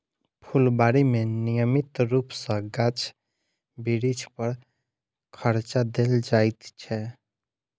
फूलबाड़ी मे नियमित रूप सॅ गाछ बिरिछ पर छङच्चा देल जाइत छै